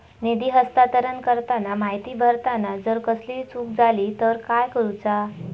निधी हस्तांतरण करताना माहिती भरताना जर कसलीय चूक जाली तर काय करूचा?